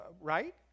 right